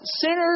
Sinners